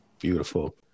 Beautiful